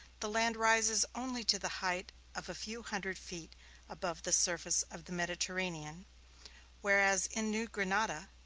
the land rises only to the height of a few hundred feet above the surface of the mediterranean whereas in new grenada,